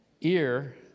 ear